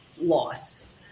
loss